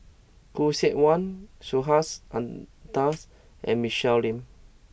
Khoo Seok Wan Subhas Anandan's and Michelle Lim